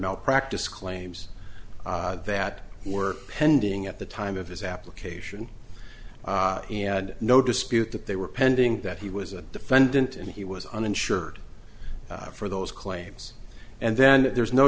malpractise claims that were pending at the time of his application and no dispute that they were pending that he was a defendant and he was uninsured for those claims and then there's no